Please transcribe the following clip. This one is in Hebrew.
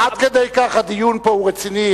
עד כדי כך הדיון פה הוא רציני,